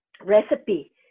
recipe